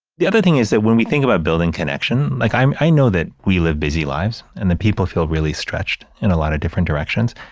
the other thing is that when we think about building connection, like i know that we live busy lives and the people feel really stretched in a lot of different directions.